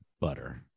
butter